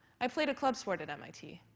i played a club sport at mit,